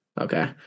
Okay